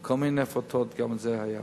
כל מיני הפרטות, גם זה היה הפרטה.